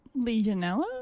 Legionella